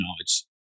knowledge